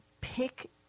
pick